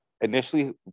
initially